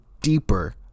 deeper